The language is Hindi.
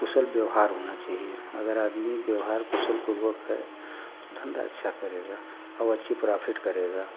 कुशल व्यवहार होना चाहिए अगर आदमी व्यवहार कुशल पूर्वक है धंधा अच्छा करेगा और अच्छी प्रॉफिट करेगा